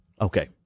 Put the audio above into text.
Okay